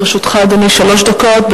לרשותך, אדוני, שלוש דקות.